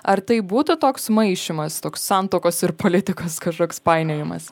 ar tai būtų toks maišymas toks santuokos ir politikos kažkoks painiojimas